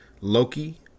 Loki